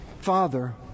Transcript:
Father